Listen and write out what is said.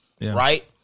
Right